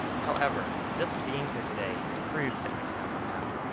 however, just being here today proves that we can overcome,